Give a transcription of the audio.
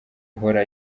uhora